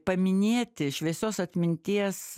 paminėti šviesios atminties